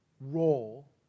role